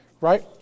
Right